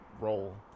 role